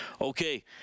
Okay